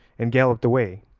and galloped away,